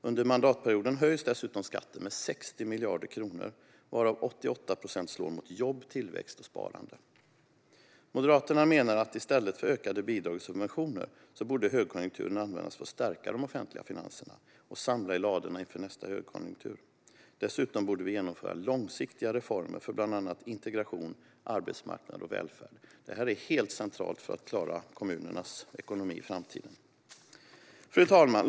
Under mandatperioden höjs dessutom skatten med 60 miljarder kronor, varav 88 procent slår mot jobb, tillväxt och sparande. Moderaterna menar att i stället för ökade bidrag och subventioner borde högkonjunkturen användas för att stärka de offentliga finanserna och samla i ladorna inför nästa lågkonjunktur. Dessutom borde vi genomföra långsiktiga reformer för bland annat integration, arbetsmarknad och välfärd. Det är helt centralt för att klara kommunernas ekonomi i framtiden. Fru talman!